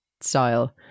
style